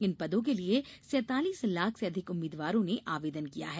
इन पदों के लिए सैंतालीस लाख से अधिक उम्मीदवारों ने आवेदन किया है